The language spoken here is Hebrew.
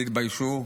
תתביישו.